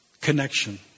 connection